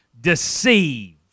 deceived